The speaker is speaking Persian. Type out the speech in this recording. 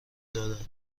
دادند